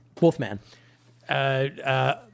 Wolfman